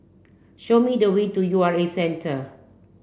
show me the way to U R A Centre